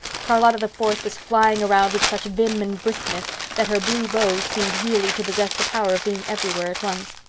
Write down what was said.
charlotta the fourth was flying around with such vim and briskness that her blue bows seemed really to possess the power of being everywhere at once.